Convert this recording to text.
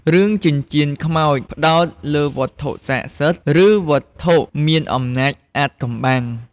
រឿង ចិញ្ចៀនខ្មោច ផ្ដោតលើវត្ថុស័ក្តិសិទ្ធិ ឬវត្ថុមានអំណាចអាថ៌កំបាំង។